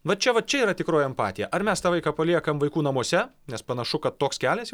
va čia va čia yra tikroji empatija ar mes tą vaiką paliekam vaikų namuose nes panašu kad toks kelias jo